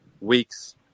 weeks